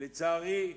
לצערי,